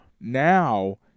now